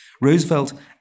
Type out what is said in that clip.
Roosevelt